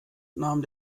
nahm